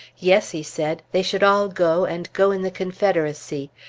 yes, he said they should all go, and go in the confederacy.